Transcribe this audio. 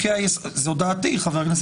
לפי התיאור שלך אם ממשלת מרכז או ממשלת שמאל,